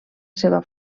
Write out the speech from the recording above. seva